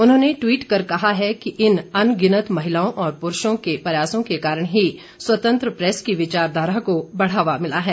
उन्होंने टवीट कर कहा है कि इन अनगिनत महिलाओं और पुरूषों के प्रयासों के कारण ही स्वतंत्र प्रेस की विचारधारा को बढ़ावा मिला है